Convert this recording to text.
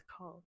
called